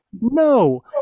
No